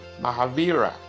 mahavira